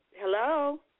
Hello